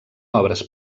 obres